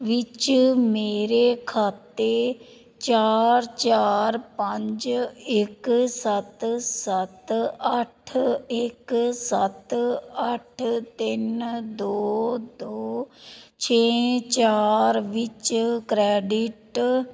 ਵਿੱਚ ਮੇਰੇ ਖਾਤੇ ਚਾਰ ਚਾਰ ਪੰਜ ਇੱਕ ਸੱਤ ਸੱਤ ਅੱਠ ਇੱਕ ਸੱਤ ਅੱਠ ਤਿੰਨ ਦੋ ਦੋ ਛੇ ਚਾਰ ਵਿੱਚ ਕ੍ਰੈਡਿਟ